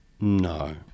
no